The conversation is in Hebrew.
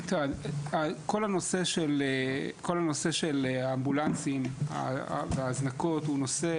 כל הנושא של האמבולנסים וההזנקות הוא נושא